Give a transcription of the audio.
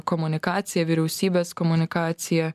komunikacija vyriausybės komunikacija